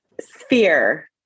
Sphere